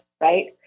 right